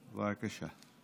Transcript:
בבקשה.